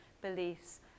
beliefs